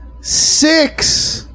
Six